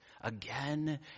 Again